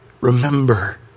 remember